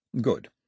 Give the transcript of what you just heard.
Good